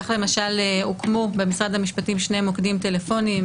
כך למשל הוקמו במשרד המשפטים שני מוקדים טלפוניים.